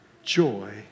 joy